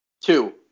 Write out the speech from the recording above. Two